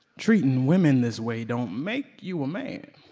treating women this way don't make you a man.